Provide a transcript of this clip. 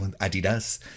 adidas